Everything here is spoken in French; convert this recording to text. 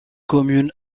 commune